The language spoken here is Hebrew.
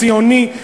ציוני,